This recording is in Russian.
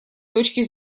точки